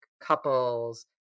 couples